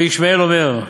רבי ישמעאל אומר,